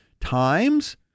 times